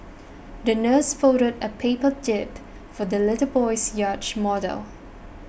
the nurse folded a paper jib for the little boy's yacht model